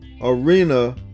arena